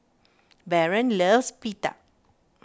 Baron loves Pita